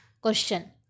Question